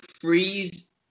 freeze